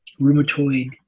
rheumatoid